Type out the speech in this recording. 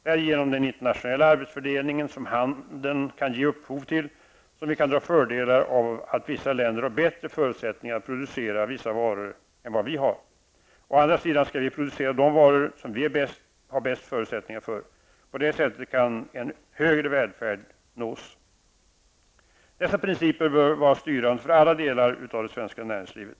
Det är genom den internationella arbetsfördelning som handeln kan ge upphov till, som vi kan dra fördelar av att vissa länder har bättre förutsättningar att producera vissa varor än vad vi har. Å andra sidan skall vi producera de varor vi har bäst förutsättningar för. På detta sätt kan en högre välfärd nås. Dessa principer bör vara styrande för alla delar av det svenska näringslivet.